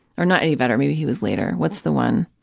or not eddie vedder. maybe he was later. what's the one,